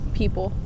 people